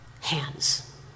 hands